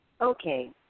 Okay